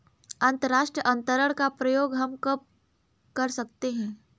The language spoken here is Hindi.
अंतर्राष्ट्रीय अंतरण का प्रयोग हम कब कर सकते हैं?